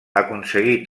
aconseguí